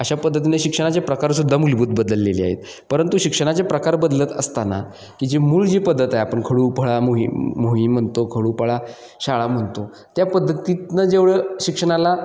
अशा पद्धतीने शिक्षणाचे प्रकारसुद्धा मूलभूत बदललेली आएत परंतु शिक्षणाचे प्रकार बदलत असताना की जी मूळ जी पद्धत आहे आपण खडू फळा मोही मोही म्हणतो खडूफळा शाळा म्हणतो त्या पद्धतीतनं जेवढं शिक्षणाला